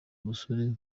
umusore